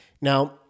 Now